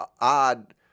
odd